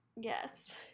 Yes